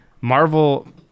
Marvel